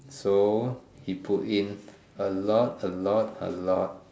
so he put in a lot a lot a lot